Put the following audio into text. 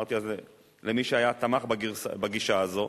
אמרתי אז למי שתמך בגישה הזו,